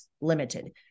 limited